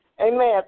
Amen